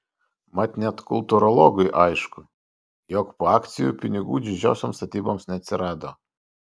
mat net kultūrologui aišku jog po akcijų pinigų didžiosioms statyboms neatsirado